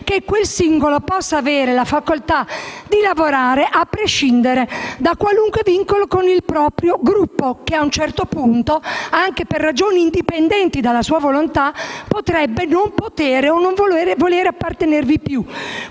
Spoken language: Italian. che quel singolo possa avere la facoltà di lavorare a prescindere da qualunque vincolo con il proprio Gruppo, al quale, a un certo punto, anche per ragioni indipendenti dalla sua volontà, potrebbe non potere o non volere appartenere più.